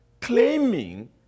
claiming